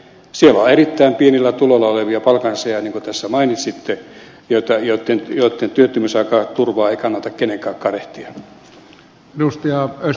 siellä on erittäin pienillä tuloilla olevia palkansaajia niin kuin tässä mainitsitte joitten työttömyysajan turvaa ei kannata kenenkään kadehtia